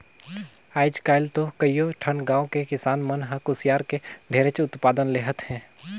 आयज काल तो कयो ठन गाँव के किसान मन ह कुसियार के ढेरेच उत्पादन लेहत हे